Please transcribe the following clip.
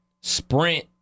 Sprint